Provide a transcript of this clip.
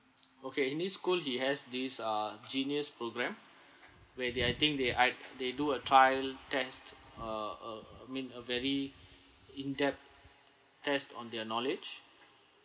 okay in his school he has this uh genius programme where they I think they I they do a trial test uh uh I mean a very in depth test on their knowledge